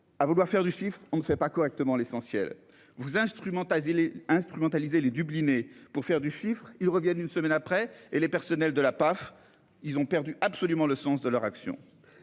À vouloir faire du chiffre, on ne fait pas correctement l'essentiel vous instrumentaliser les instrumentaliser les dublinés pour faire du chiffre, ils reviennent une semaine après et les personnels de la PAF. Ils ont perdu. Absolument, le sens de leur action.